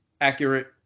accurate